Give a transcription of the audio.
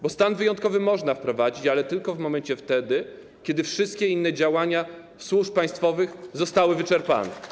Bo stan wyjątkowy można wprowadzić, ale tylko w momencie kiedy wszystkie inne działania służb państwowych zostały wyczerpane.